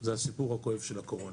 זה הסיפור הכואב של הקורונה.